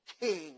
king